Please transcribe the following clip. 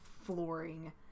flooring